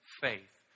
faith